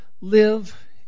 live